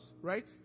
Right